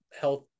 health